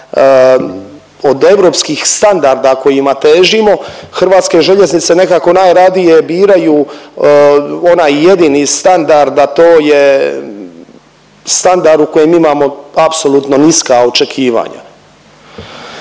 od europskih standarda kojima težimo HŽ nekako najradije biraju onaj jedini standard, a to je standard u kojem imamo apsolutno niska očekivanja.